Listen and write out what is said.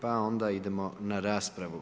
Pa onda idemo na raspravu.